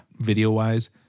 video-wise